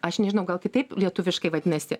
aš nežinau gal kitaip lietuviškai vadinasi